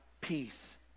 peace